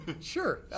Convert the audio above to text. Sure